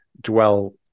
dwell